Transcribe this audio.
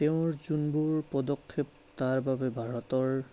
তেওঁৰ যোনবোৰ পদক্ষেপ তাৰ বাবে ভাৰতৰ